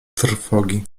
trwogi